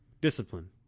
Discipline